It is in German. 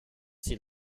sie